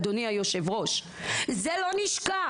אדוני היושב-ראש, זה לא נשכח.